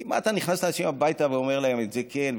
כי מה אתה נכנס לאנשים הביתה ואומר להם: את זה כן,